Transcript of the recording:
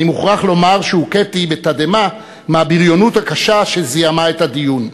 אני מוכרח לומר שהוכיתי בתדהמה מהבריונות הקשה שזיהמה את הדיון.